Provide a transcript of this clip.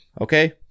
okay